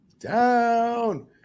down